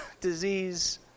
disease